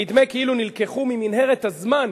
נדמה כאילו נלקחו ממנהרת הזמן